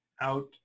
out